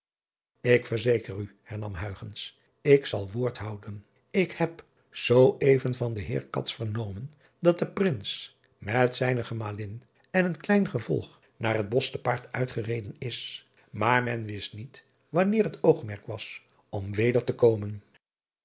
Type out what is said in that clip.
k verzeker u hernam ik zal woord houden k heb zoo even van den eer vernomen dat de rins met zijne emalin en een klein gevolg naar het osch te paard uitgereden is maar men wist niet wanneer het oogmerk was om weder te komen